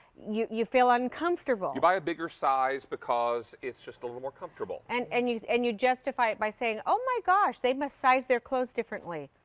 you you feel uncomfortable. you buy a bigger size because it's a little more comfortable. and and you and you justify it by saying, oh my gosh, they must size their clothes differently.